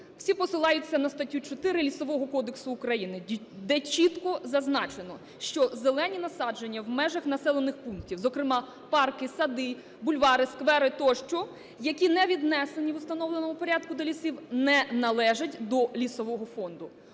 Всі посилаються на статтю 4 Лісового кодексу України, де чітко зазначено, що зелені насадження в межах населених пунктів, зокрема парки, сади, бульвари, сквери тощо, які не віднесені в установленому порядку до лісів, не належать до Лісового фонду.